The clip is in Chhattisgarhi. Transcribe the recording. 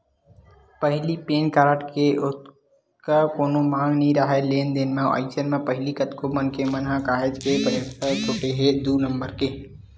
पहिली पेन कारड के ओतका कोनो मांग नइ राहय लेन देन म, अइसन म पहिली कतको मनखे मन ह काहेच के पइसा सोटे हे दू नंबर के